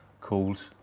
Called